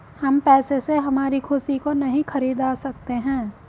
हम पैसे से हमारी खुशी को नहीं खरीदा सकते है